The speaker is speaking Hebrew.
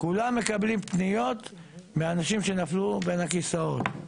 כולם מקבלים פניות מאנשים שנפלו בין הכיסאות.